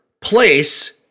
place